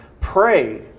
pray